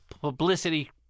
publicity